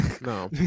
no